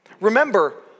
Remember